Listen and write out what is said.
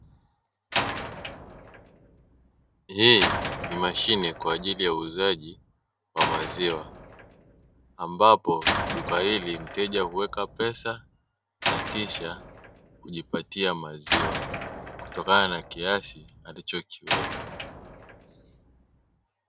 Hii ni mashine kwaajili ya uuzaji wa maziwa, ambapo duka hili mteja huweka pesa na kisha kujipatia maziwa kutokana na kiasi alichokiweka.